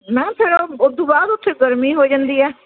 ma'am ਫਿਰ ਉਸਤੋਂ ਬਾਅਦ ਉੱਥੇ ਗਰਮੀ ਹੋ ਜਾਂਦੀ ਹੈ